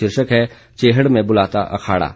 शीर्षक है चैहड़ में बुलाता अखाड़ा